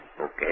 Okay